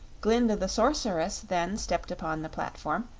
glinda the sorceress then stepped upon the platform,